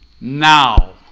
Now